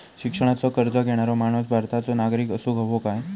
शिक्षणाचो कर्ज घेणारो माणूस भारताचो नागरिक असूक हवो काय?